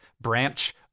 branch